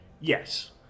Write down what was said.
Yes